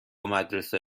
مدرسه